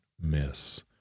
miss